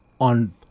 on